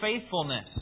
faithfulness